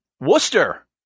Worcester